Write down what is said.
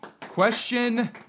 Question